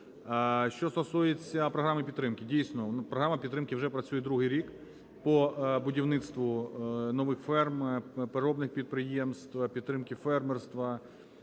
Що стосується програми підтримки. Дійсно, програма підтримки вже працює другий рік по будівництву нових ферм, переробних підприємств, підтримки фермерства